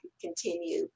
continue